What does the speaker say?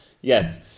Yes